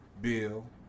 Bill